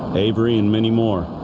avery and many more